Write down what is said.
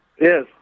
Yes